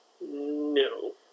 No